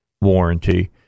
warranty